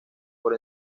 por